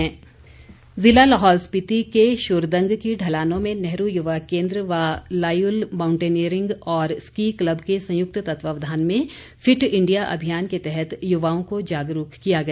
fit India जिला लाहौल स्पिति के शुरदंग की ढलानों में नेहरू युवा केन्द्र व लायुल मांउटेनियरिंग और स्की क्लब के संयुक्त तत्वावधान में फिट इंडिया अभियान के तहत युवाओं को जागरूक किया गया